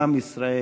עם עַם ישראל,